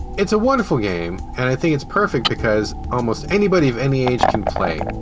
it's a wonderful game. and i think it's perfect because almost anybody of any age can play.